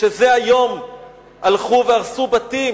שזה היום הלכו והרסו בתים